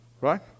Right